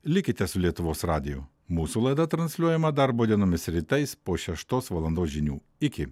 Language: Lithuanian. likite su lietuvos radiju mūsų laida transliuojama darbo dienomis rytais po šeštos valandos žinių iki